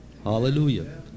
Hallelujah